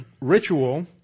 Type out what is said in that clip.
ritual